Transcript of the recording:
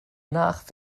nach